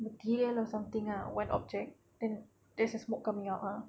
material or something ah one object then there's a smoke coming out ah